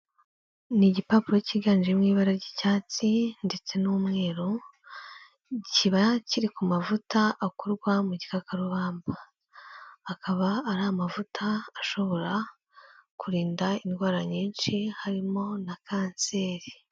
Ni igipapuro cyiganjemo ibara ry'icyatsi ndetse n'umweru, kiba kiri ku mavuta akorwa mu gikakarubamba, akaba ari amavuta ashobora kurinda indwara nyinshi harimo na kanseri.